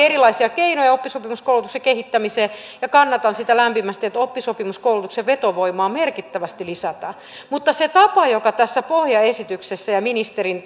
erilaisia keinoja oppisopimuskoulutuksen kehittämiseen kannatan sitä lämpimästi että oppisopimuskoulutuksen vetovoimaa merkittävästi lisätään mutta se tapa joka tässä pohjaesityksessä ja ministerin